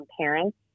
parents